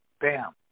Bam